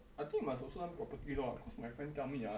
I think you must also learn property law cause my friend tell me ah